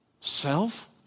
self